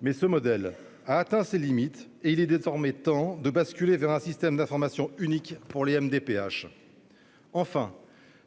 Mais ce modèle a atteint ses limites, et il est désormais temps de basculer vers un système d'information unique pour les MDPH. Enfin,